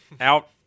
out